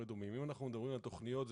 דומים אם אנחנו מדברים על תכניות,